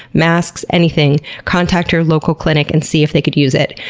masks, anything contact your local clinic and see if they can use it.